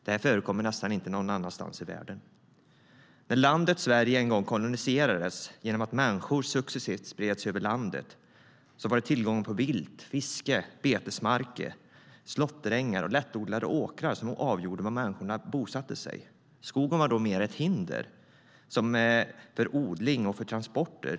Det förekommer nästan inte någon annanstans i världen. När landet Sverige en gång koloniserades genom att människor successivt spred sig över landet var det tillgången på vilt, fiske, betesmarker och slåtterängar och lättodlade åkrar som avgjorde var människorna bosatte sig. Skogen var då mer ett hinder för odling och transporter.